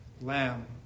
Lamb